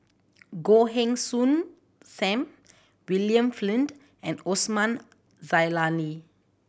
Goh Heng Soon Sam William Flint and Osman Zailani